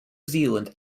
zealand